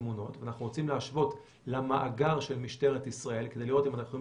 ואנחנו רוצים להשוות למאגר של משטרת ישראל כדי לראות אם אנחנו יכולים